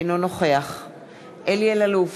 אינו נוכח אלי אלאלוף,